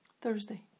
Thursday